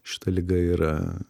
šita liga yra